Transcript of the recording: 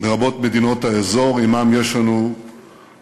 לרבות מדינות האזור שעמן יש לנו מארג